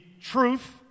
truth